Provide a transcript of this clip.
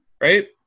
right